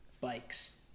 bikes